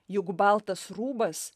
juk baltas rūbas